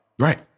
Right